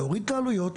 להוריד את העלויות.